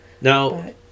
Now